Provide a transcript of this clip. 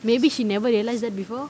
maybe she never realise that before